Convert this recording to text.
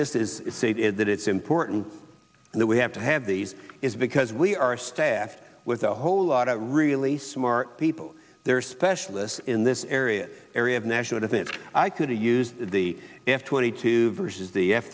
that this is that it's important that we have to have these is because we are staffed with a whole lot of really smart people there are specialists in this area area of national defense i coulda used the f twenty two versus the f